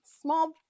small